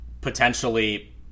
potentially